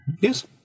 Yes